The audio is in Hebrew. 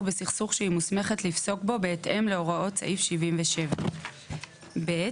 בסכסוך שהיא מוסמכת לפסוק בו בהתאם להוראות סעיף 77. (ב)